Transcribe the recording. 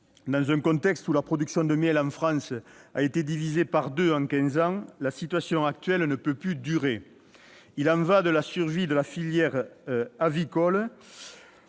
Dans un contexte où la production de miel en France a été divisée par deux en quinze ans, la situation actuelle ne peut plus durer. Il y va de la survie de la filière française